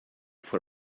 for